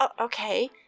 Okay